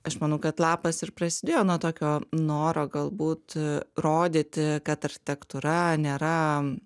aš manau kad lapas ir prasidėjo nuo tokio noro galbūt rodyti kad architektūra nėra